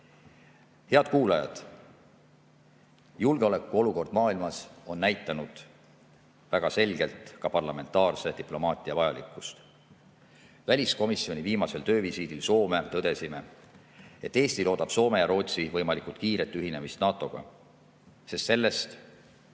Head kuulajad! Julgeolekuolukord maailmas on näidanud väga selgelt ka parlamentaarse diplomaatia vajalikkust. Väliskomisjoni viimasel töövisiidil Soome tõdesime, et Eesti loodab Soome ja Rootsi võimalikult kiiret ühinemist NATO‑ga, sest sellest